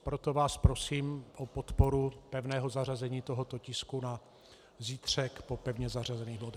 Proto vás prosím o podporu pevného zařazení tohoto tisku na zítřek po pevně zařazených bodech.